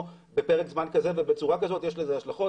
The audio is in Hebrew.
בפרק זמן כזה ובצורה כזאת כי יש לזה השלכות.